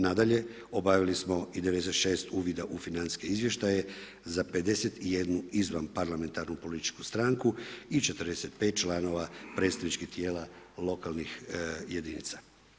Nadalje, obavili smo i 96 uvida u financijske izvještaje za 51 izvanparlamentarnu političku stranku i 45 članova predstavničkih tijela lokalnih jedinica.